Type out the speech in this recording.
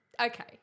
Okay